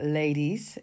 ladies